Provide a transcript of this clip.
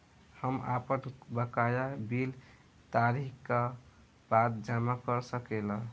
हम आपन बकाया बिल तारीख क बाद जमा कर सकेला?